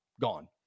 gone